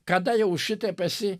kada jau šitaip esi